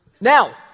Now